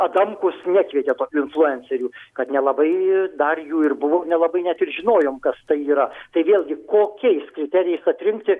adamkus nekvietė tokių influencerių kad nelabai dar jų ir buvo nelabai net ir žinojom kas tai yra tai vėlgi kokiais kriterijais atrinkti